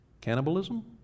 cannibalism